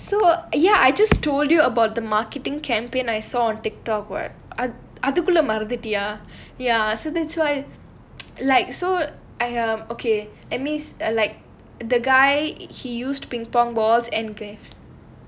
oh ya I just told you about the marketing campaign I saw on TikTok [what] அதுக்குல்ல மறந்துட்டியா:athukulla maranthuttiyaa ya so that's why okay I like so I I'm okay amiss alike the guy he used pingpong balls and grey